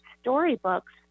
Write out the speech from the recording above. storybooks